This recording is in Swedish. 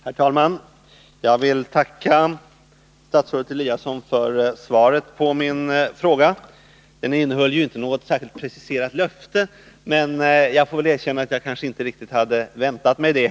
Herr talman! Jag vill tacka statsrådet Eliasson för svaret på min fråga. Det innehöll inte något preciserat löfte, men jag skall erkänna att jag inte heller hade väntat mig det.